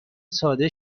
ساده